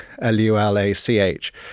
L-U-L-A-C-H